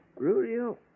Rudio